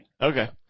Okay